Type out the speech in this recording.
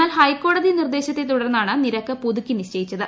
എന്നാൽ ഹൈക്കോടതി നിർദേശത്തെ തുടർന്നാണ് നിരക്ക് പുതുക്കി നിശ്ചയിച്ചത്